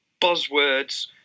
buzzwords